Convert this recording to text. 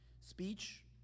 Speech